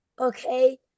okay